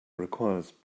requires